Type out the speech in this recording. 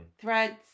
Threads